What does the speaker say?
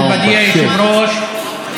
מכובדי היושב-ראש,